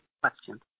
question